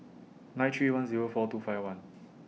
nine three one Zero four two five one